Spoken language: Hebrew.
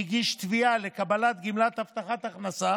הגיש תביעה לקבלת גמלת הבטחת הכנסה